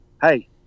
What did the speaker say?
hey